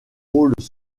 rôles